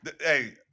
hey